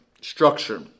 Structure